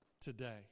today